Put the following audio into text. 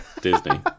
Disney